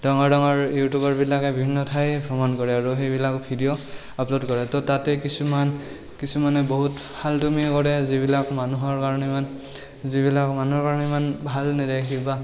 ডাঙৰ ডাঙৰ ইউটিউবাৰবিলাকে বিভিন্ন ঠাই ভ্ৰমণ কৰে আৰু সেইবিলাক ভিডিঅ' আপল'ড কৰে তো তাতে কিছুমান কিছুমানে বহুত ফাল্টুৱামী কৰে যিবিলাক মানুহৰ কাৰণে ইমান যিবিলাক মানুহৰ কাৰণে ইমান ভাল নেদেখি বা